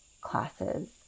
classes